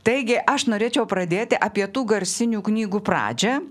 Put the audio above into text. taigi aš norėčiau pradėti apie tų garsinių knygų pradžią